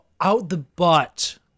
out-the-butt